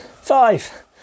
Five